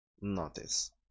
notice